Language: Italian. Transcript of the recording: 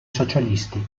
socialisti